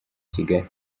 kigali